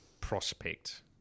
prospect